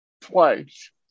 twice